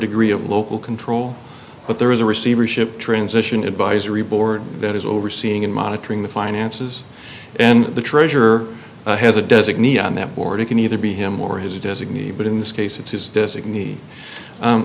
degree of local control but there is a receivership transition advisory board that is overseeing and monitoring the finances and the treasurer has a designee on that board it can either be him or his designee but in this case it's his de